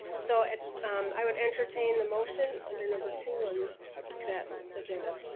so and i would entertain the motion under number two on that agenda.